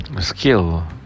skill